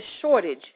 shortage